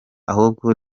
ahubwo